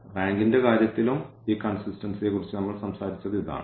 റാങ്കിന്റെ കാര്യത്തിലും ഈ കൺസിസ്റ്റൻസിയെക്കുറിച്ച് നമ്മൾ സംസാരിച്ചത് ഇതാണ്